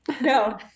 no